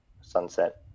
sunset